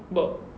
but